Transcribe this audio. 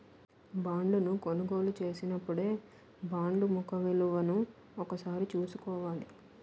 బాండును కొనుగోలు చేసినపుడే బాండు ముఖ విలువను ఒకసారి చూసుకోవాల